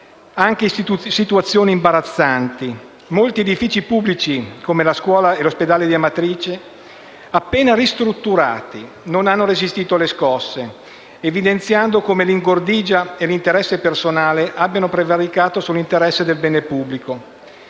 anche situazioni imbarazzanti; molti edifici pubblici, come la scuola e l'ospedale di Amatrice, appena ristrutturati, non hanno resistito alle scosse, evidenziando come l'ingordigia e l'interesse personale abbiano prevaricato sull'interesse per il bene pubblico.